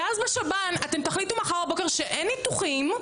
ואז בשב"ן אתם תחליטו מחר בבוקר שאין ניתוחים,